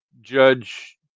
judge